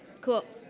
cool.